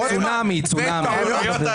צונאמי, צונאמי...אלה התפרעויות?